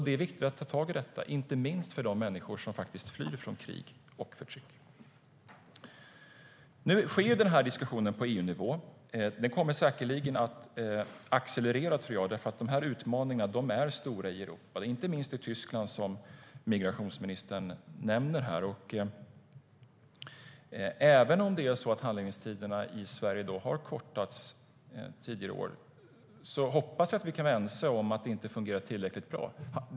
Det är viktigt att ta tag i det, inte minst för de människors skull som flyr från krig och förtryck. Nu sker diskussionen på EU-nivå. Den kommer säkerligen att accelerera, för utmaningarna är stora i Europa. Inte minst gäller det Tyskland, som migrationsministern nämner. Även om handläggningstiderna i Sverige har kortats tidigare år hoppas jag att vi kan vara ense om att det inte fungerar tillräckligt bra.